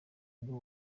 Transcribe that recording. ngo